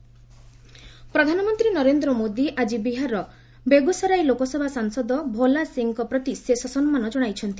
PM Bhola Singh ପ୍ରଧାନମନ୍ତ୍ରୀ ନରେନ୍ଦ୍ର ମୋଦି ଆଜି ବିହାର ବେଗ୍ରସରାଇର ଲୋକସଭା ସାଂସଦ ଭୋଲା ସିଂଙ୍କ ପ୍ରତି ଶେଷ ସମ୍ମାନ ଜଣାଇଛନ୍ତି